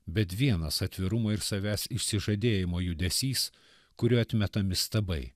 bet vienas atvirumo ir savęs išsižadėjimo judesys kuriuo atmetami stabai